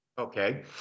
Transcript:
Okay